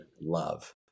love